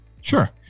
sure